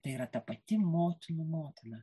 tai yra ta pati motinų motina